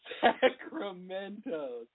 Sacramento